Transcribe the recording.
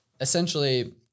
Essentially